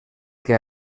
que